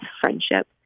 friendship